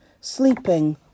sleeping